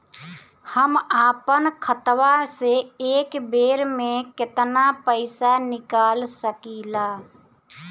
हम आपन खतवा से एक बेर मे केतना पईसा निकाल सकिला?